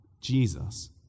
Jesus